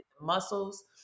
muscles